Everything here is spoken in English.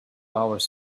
hours